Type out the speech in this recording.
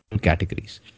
categories